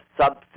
subset